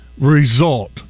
result